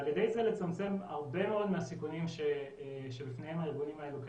ועל ידי זה לצמצם הרבה מאוד מהסיכונים שבפניהם הארגונים האלו קיימים.